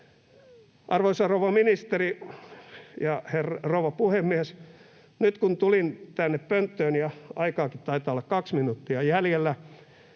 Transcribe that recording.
Arvoisa rouva ministeri ja rouva puhemies! Nyt kun tulin tänne pönttöön ja aikaakin taitaa olla 2 minuuttia jäljellä,